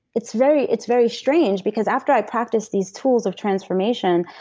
it's very it's very strange, because after i practiced these tools of transformation,